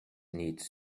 needs